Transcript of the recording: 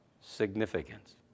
Significance